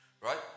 Right